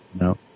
No